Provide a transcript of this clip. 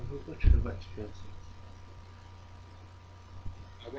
memorable travel experience